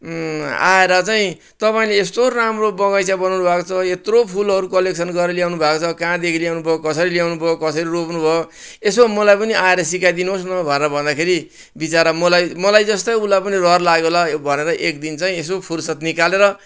आएर चाहिँ तपाईँले यस्तो राम्रो बगैँचा बनाउनु भएको छ यत्रो फुलहरू कलेक्सन गरेर ल्याउनु भएको छ कहाँदेखि ल्याउनु भयो कसरी ल्याउनु भयो कसरी रोप्नु भयो यसो मलाई पनि आएर सिकाइदिनुहोस् न भनेर भन्दाखेरि विचरा मलाई मलाई जस्तै उलाई पनि रहर लाग्यो होला भनेर एकदिन चाहिँ यसो फुर्सद निकालेर